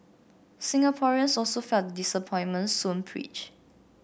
Singaporeans also felt disappointment soon preached